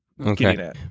Okay